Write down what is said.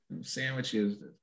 sandwiches